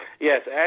Yes